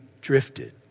drifted